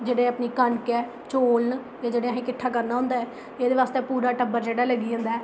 जेह्ड़ी अपनी कनक ऐ चौल न एह् जेह्ड़ा असें किट्ठा करना होंदा एह्दे बास्तै टब्बर जेह्ड़ा पूरा लग्गी जंदा